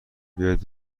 بیایید